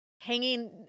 hanging